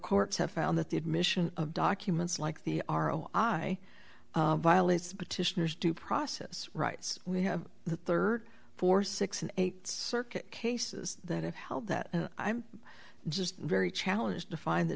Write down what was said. courts have found that the admission of documents like the r o i violate petitioners due process rights we have the rd forty six and eight circuit cases that have held that i'm just very challenged to find the